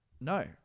no